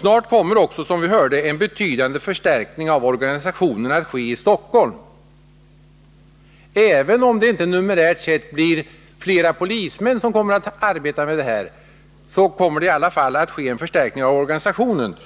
Snart kommer också, som vi hörde, en betydande förstärkning av organisationen att ske i Stockholm. Även om det inte blir ett större antal polismän som kommer att arbeta med dessa frågor kommer det i alla fall att ske en förstärkning av organisationen.